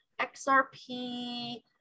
XRP